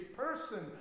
person